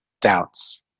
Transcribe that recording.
doubts